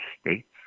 state's